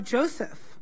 Joseph